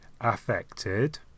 affected